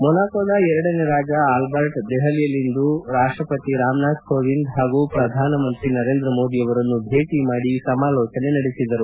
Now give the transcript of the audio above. ಮೊನಾಕೋದ ಎರಡನೇ ರಾಜ ಆಲ್ಲರ್ಟ್ ದೆಹಲಿಯಲ್ಲಿಂದು ರಾಷ್ಲಪತಿ ರಾಮನಾಥ್ ಕೋವಿಂದ್ ಹಾಗೂ ಪ್ರಧಾನಮಂತ್ರಿ ನರೇಂದ್ರ ಮೋದಿ ಅವರನ್ನು ಭೇಟಿ ಮಾಡಿ ಸಮಲೋಚನೆ ನಡೆಸಿದರು